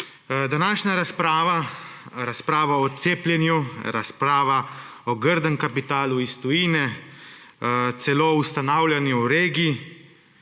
Današnja razprava, razprava o cepljenju, razprava o grdem kapitalu iz tujine, celo o ustanavljanju regij,